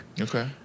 okay